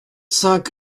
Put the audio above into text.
cinq